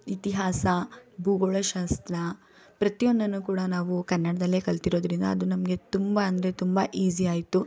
ಇತಿಹಾಸ ಭೂಗೋಳ ಶಾಸ್ತ್ರ ಪ್ರತಿಯೊಂದನ್ನೂ ಕೂಡ ನಾವು ಕನ್ನಡದಲ್ಲೇ ಕಲಿತಿರೋದ್ರಿಂದ ಅದು ನಮಗೆ ತುಂಬ ಅಂದರೆ ತುಂಬ ಈಸಿ ಆಯಿತು